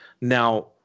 Now